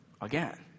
again